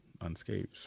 unscathed